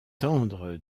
tendre